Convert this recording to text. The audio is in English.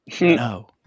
No